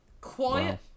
quiet